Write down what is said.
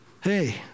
hey